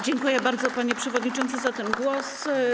Dziękuję bardzo, panie przewodniczący, za ten głos.